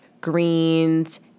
greens